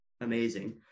amazing